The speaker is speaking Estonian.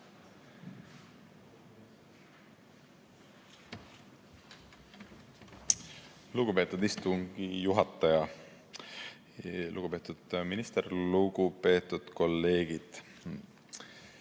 Lugupeetud istungi juhataja! Lugupeetud minister! Lugupeetud kolleegid!